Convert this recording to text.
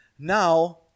Now